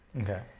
Okay